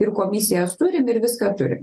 ir komisijas turim ir viską turim